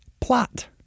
plot